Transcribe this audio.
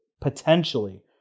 potentially